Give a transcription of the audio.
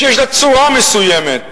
שיש לה צורה מסוימת,